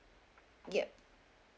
ya